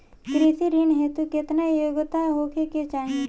कृषि ऋण हेतू केतना योग्यता होखे के चाहीं?